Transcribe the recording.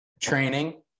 Training